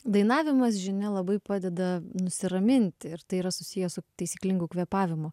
dainavimas žinia labai padeda nusiraminti ir tai yra susiję su taisyklingu kvėpavimu